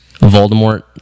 Voldemort